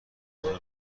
اونو